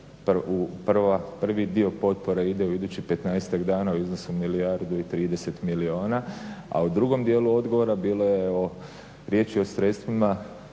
prvi dio potpore ide u idućih petnaestak dana u iznosu od milijardu i trideset milijuna, a u drugom dijelu odgovora bilo je riječi o sredstvima